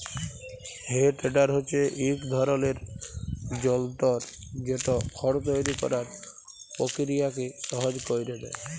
হে টেডার হছে ইক ধরলের যল্তর যেট খড় তৈরি ক্যরার পকিরিয়াকে সহজ ক্যইরে দেঁই